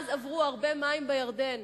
מאז עברו הרבה מים בירדן,